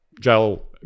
Jail